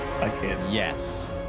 Yes